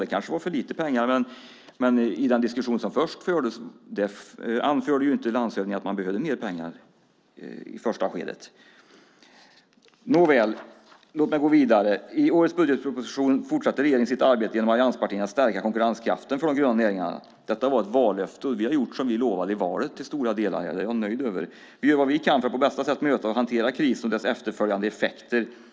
Det kanske var för lite pengar, men i den diskussion som först fördes anförde inte landshövdingarna att man behövde mer pengar i första skedet. Nåväl - låt mig gå vidare. I årets budgetproposition fortsatte regeringen sitt arbete genom allianspartierna att stärka konkurrenskraften för de gröna näringarna. Detta var ett vallöfte, och vi har gjort som vi lovade i valet i stora delar. Det är jag nöjd över. Vi gör vad vi kan för att på bästa sätt hantera krisen och dess efterföljande effekter.